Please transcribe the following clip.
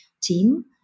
team